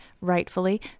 rightfully